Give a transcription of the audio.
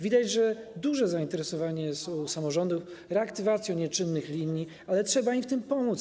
Widać, że jest duże zainteresowanie w samorządach reaktywacją nieczynnych linii, ale trzeba im w tym pomóc.